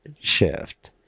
shift